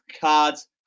cards